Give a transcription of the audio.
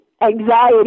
anxiety